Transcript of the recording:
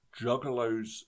juggalos